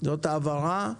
זאת ההבהרה.